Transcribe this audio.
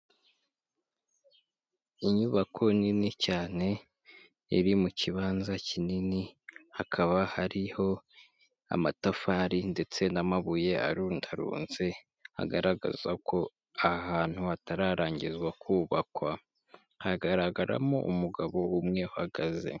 Inyubako nini cyane iri mu kibanza kinini hakaba hariho amatafari ndetse n'amabuye arundarunze, agaragaza ko ahantu hatararangizwa kubakwa hagaragaramo umugabo umwe uhagaze.